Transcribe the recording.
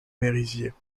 merisiers